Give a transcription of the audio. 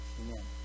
amen